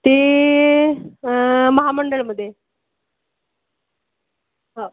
ते महामंडळामध्ये हो